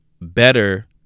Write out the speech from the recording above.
better